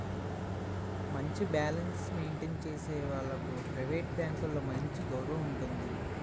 మంచి balance maintain చేసే వాళ్లకు ప్రైవేట్ బ్యాంకులలో మంచి గౌరవం ఉంటుంది